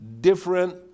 different